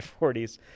40s